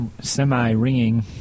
semi-ringing